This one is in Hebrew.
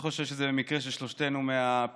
אני לא חושב שזה במקרה, שלושתנו מהפריפריה,